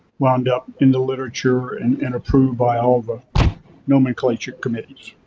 wound up in the literature and and approved by all of ah nomenclature committees.